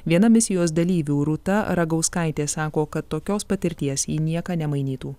viena misijos dalyvių rūta ragauskaitė sako kad tokios patirties į nieką nemainytų